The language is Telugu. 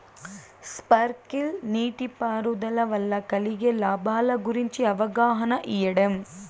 స్పార్కిల్ నీటిపారుదల వల్ల కలిగే లాభాల గురించి అవగాహన ఇయ్యడం?